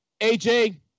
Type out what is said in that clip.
AJ